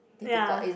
ya